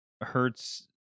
Hertz